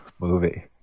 movie